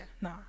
no